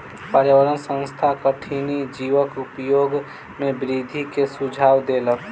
पर्यावरण संस्थान कठिनी जीवक उपयोग में वृद्धि के सुझाव देलक